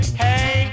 hey